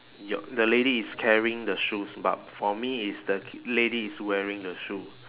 your the lady is carrying the shoes but for me it's the lady is wearing the shoe